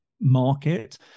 market